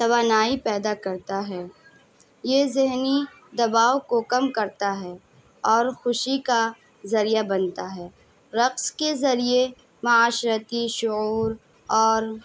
توانائی پیدا کرتا ہے یہ ذہنی دباؤ کو کم کرتا ہے اور خوشی کا ذریعہ بنتا ہے رقص کے ذریعے معاشرتی شعور اور